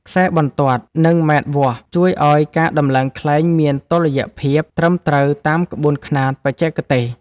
ខ្សែបន្ទាត់ និងម៉ែត្រវាស់ ជួយឱ្យការដំឡើងខ្លែងមានតុល្យភាពត្រឹមត្រូវតាមក្បួនខ្នាតបច្ចេកទេស។